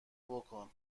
بکن